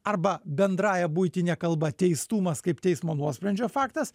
arba bendrąja buitine kalba teistumas kaip teismo nuosprendžio faktas